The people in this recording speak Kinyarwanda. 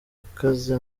akaze